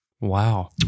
Wow